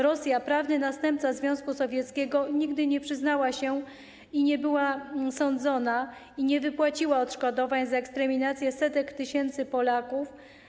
Rosja - prawny następca Związku Sowieckiego - nigdy nie przyznała się, nie była sądzona i nie wypłaciła odszkodowań za eksterminację setek tysięcy Polaków.